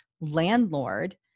landlord